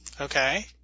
Okay